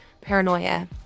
paranoia